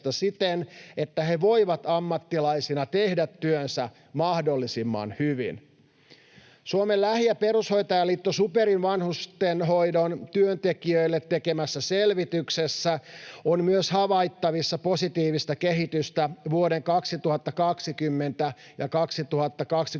että he voivat ammattilaisina tehdä työnsä mahdollisimman hyvin. Suomen lähi- ja perushoitajaliitto SuPerin vanhustenhoidon työntekijöille tekemässä selvityksessä on myös havaittavissa positiivista kehitystä vuosien 2020 ja 2024